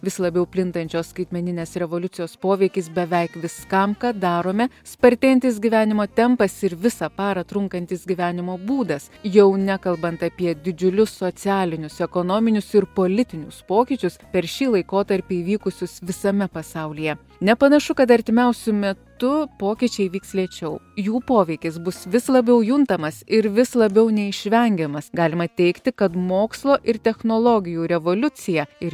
vis labiau plintančios skaitmeninės revoliucijos poveikis beveik viskam ką darome spartėjantis gyvenimo tempas ir visą parą trunkantis gyvenimo būdas jau nekalbant apie didžiulius socialinius ekonominius ir politinius pokyčius per šį laikotarpį įvykusius visame pasaulyje nepanašu kad artimiausiu metu pokyčiai vyks lėčiau jų poveikis bus vis labiau juntamas ir vis labiau neišvengiamas galima teigti kad mokslo ir technologijų revoliucija ir